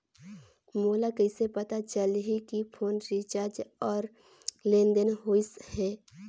मोला कइसे पता चलही की फोन रिचार्ज और लेनदेन होइस हे?